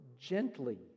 gently